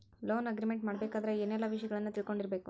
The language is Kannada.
ಲೊನ್ ಅಗ್ರಿಮೆಂಟ್ ಮಾಡ್ಬೆಕಾದ್ರ ಏನೆಲ್ಲಾ ವಿಷಯಗಳನ್ನ ತಿಳ್ಕೊಂಡಿರ್ಬೆಕು?